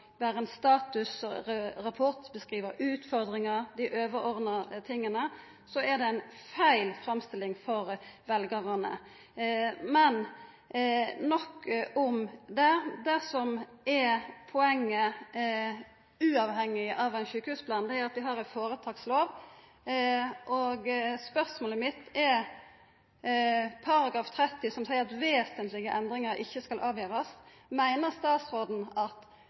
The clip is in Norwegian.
ein statusrapport og beskrive utfordringar og dei overordna tinga. Det er feil framstilling for veljarane. Men nok om det, det som er poenget uavhengig av ein sjukehusplan, er at vi har ein helseføretakslov. Spørsmålet mitt gjeld § 30, som seier at vesentlege endringar ikkje skal avgjerast: Meiner statsråden at